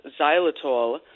xylitol